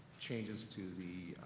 changes to the,